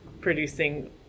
producing